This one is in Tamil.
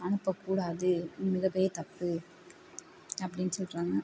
அனுப்ப கூடாது மிக பெரிய தப்பு அப்படினு சொல்கிறாங்க